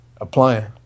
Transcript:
applying